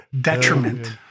detriment